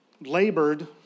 labored